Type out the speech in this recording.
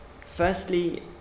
firstly